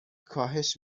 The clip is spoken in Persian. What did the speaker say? کاهش